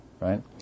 right